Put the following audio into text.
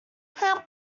how